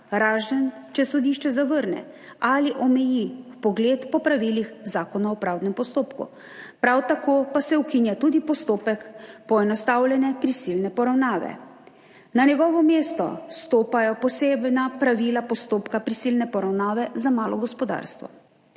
razen če sodišče zavrne ali omeji vpogled po pravilih Zakona o pravdnem postopku. Prav tako se ukinja tudi postopek poenostavljene prisilne poravnave. Na njegovo mesto stopajo posebna pravila postopka prisilne poravnave za malo gospodarstvo.